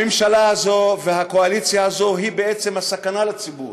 הממשלה הזאת והקואליציה הזאת היא בעצם הסכנה לציבור,